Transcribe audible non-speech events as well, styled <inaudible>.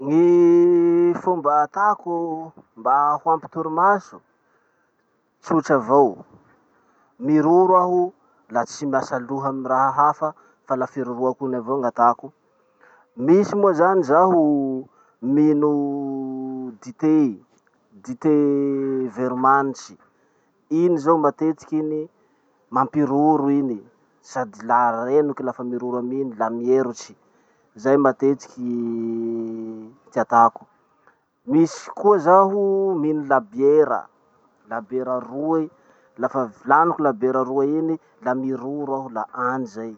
Gny fomba atako mba ho ampy toromaso, tsotra avao. Miroro aho la tsy miasa loha amy raha hafa, fa la firoroako iny avao gn'atako. Misy moa zany zaho mino <hesitation> dite, dite <hesitation> veromanitsy. Iny zao matetiky iny, mampiroro iny sady la renoky lafa miroro amy iny la mierotsy. Zay matetiky <hesitation> ty atako. Misy koa zaho mino labiera, labiera roe. Lafa laniko roe iny la miroro aho la any zay.